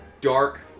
dark